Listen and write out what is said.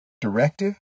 directive